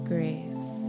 Grace